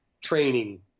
training